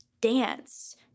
dance